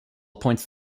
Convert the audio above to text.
appoints